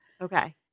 Okay